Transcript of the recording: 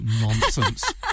nonsense